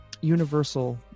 universal